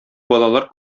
балалар